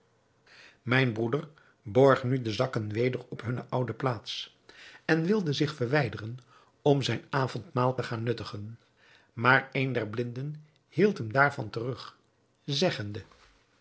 mijn broeder borg nu de zakken weder op hunne oude plaats en wilde zich verwijderen om zijn avondmaaltijd te gaan nuttigen maar een der blinden hield hem daarvan terug zeggende